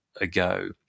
ago